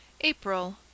April